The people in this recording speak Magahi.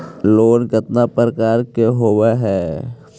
लोन केतना प्रकार के होव हइ?